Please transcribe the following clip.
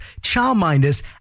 childminders